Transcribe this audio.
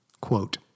Quote